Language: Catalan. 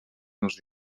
meus